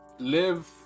Live